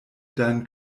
deinen